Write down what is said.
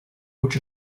which